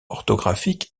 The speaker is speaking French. orthographique